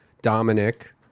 Dominic